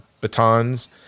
batons